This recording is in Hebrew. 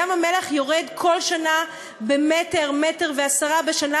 ים-המלח יורד כל שנה במטר, מטר ו-10 ס"מ.